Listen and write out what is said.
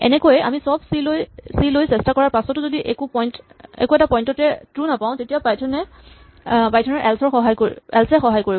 এনেকৈয়ে আমি চব চি লৈ চেষ্টা কৰাৰ পাছতো যদি কোনো এটা পইন্ট তে ট্ৰো নাপাওঁ তেতিয়া পাইথন ৰ এল্চ এ সহায় কৰিব